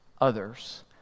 others